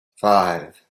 five